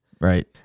Right